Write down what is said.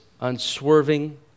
unswerving